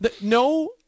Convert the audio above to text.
No